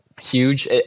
huge